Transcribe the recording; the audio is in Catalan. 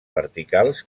verticals